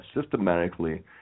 systematically